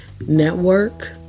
network